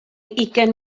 ugain